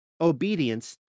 obedience